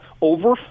over